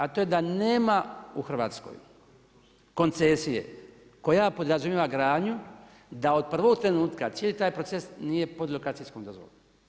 A to je da nema u Hrvatskoj koncesije koja podrazumijeva gradnju, da od prvog trenutka cijeli taj proces nije pod lokacijskom dozvolom.